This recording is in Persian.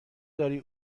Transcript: داری